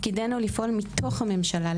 תפקידנו לפעול מתוך הממשלה,